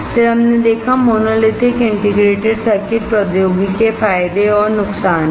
फिर हमने देखा मोनोलिथिक इंटीग्रेटेड सर्किट प्रौद्योगिकी के फायदे और नुकसान को